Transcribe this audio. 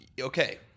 okay